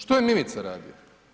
Što je Mimica radio?